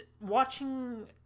watching